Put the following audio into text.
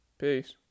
Peace